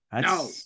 No